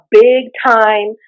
big-time